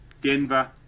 Denver